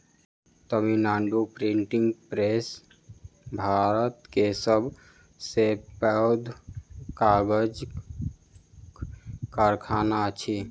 Tamil Nadu printing press Bharat के सब से पैघ कागजक कारखाना अछि